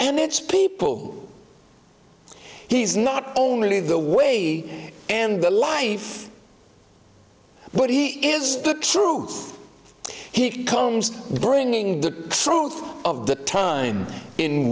and its people he's not only the way and the life but he is the truth he comes bringing the truth of the time in